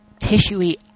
tissuey